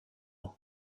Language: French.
nom